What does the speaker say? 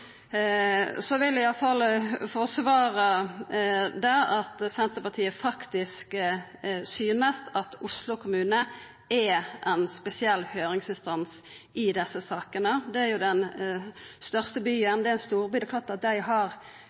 Eg vil i alle fall forsvara at Senterpartiet faktisk synest at Oslo kommune er ein spesiell høyringsinstans i desse sakene. Det er jo den største byen, det er ein storby, og det er klart at